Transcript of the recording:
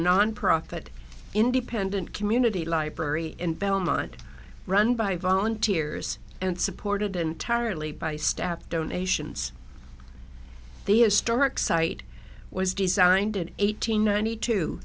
nonprofit independent community library in belmont run by volunteers and supported entirely by step donations the historic site was designed in eight hundred ninety two